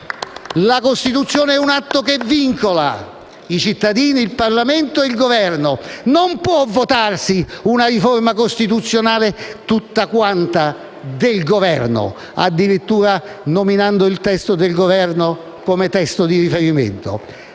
La Costituzione è un atto che vincola i cittadini, il Parlamento e il Governo. Non può votarsi una riforma costituzionale tutta quanta del Governo, addirittura nominando il testo del Governo come testo di riferimento